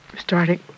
starting